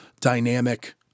dynamic